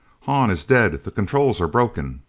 hahn is dead. the controls are broken!